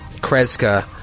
Kreska